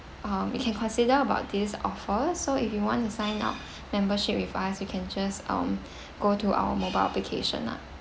um you can consider about this offer so if you want to sign up membership with us you can just um go to our mobile application lah